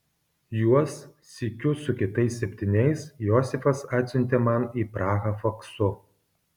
juos sykiu su kitais septyniais josifas atsiuntė man į prahą faksu